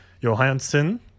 Johansson